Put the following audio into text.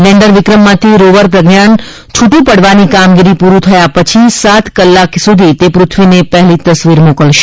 lander વિક્રમમાંથી રોવરપ્રજ્ઞાન છૂટું પડવાની કામગીરી પૂરી થયા પછી સાત કલાક સુધી તે પ્રથ્વીને પહેલી તસવીર મોકલશે